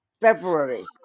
February